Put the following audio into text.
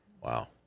Wow